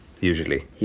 usually